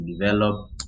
develop